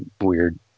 weird